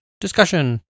discussion